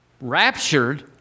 raptured